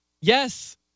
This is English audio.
Yes